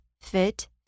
fit